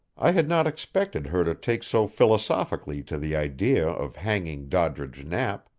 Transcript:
i had not expected her to take so philosophically to the idea of hanging doddridge knapp,